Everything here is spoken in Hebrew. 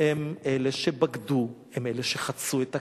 הם אלה שבגדו, הם אלה שחצו את הקווים.